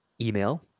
email